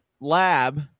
lab